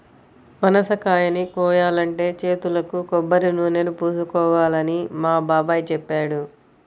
పనసకాయని కోయాలంటే చేతులకు కొబ్బరినూనెని పూసుకోవాలని మా బాబాయ్ చెప్పాడు